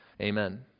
Amen